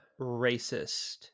racist